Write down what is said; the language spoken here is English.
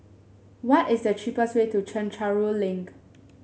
why is the cheapest way to Chencharu Link